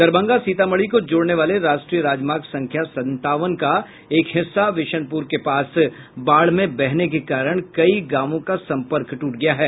दरभंगा सीतामढ़ी को जोड़ने वाले राष्ट्रीय राजमार्ग संख्या संतावन का एक हिस्सा विसनपुर के पास बाढ़ में बहने के कारण कई गांवों का संपर्क टूट गया है